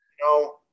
No